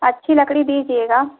अच्छी लकड़ी दीजिएगा